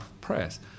press